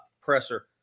presser